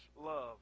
love